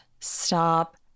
stop